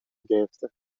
گرفته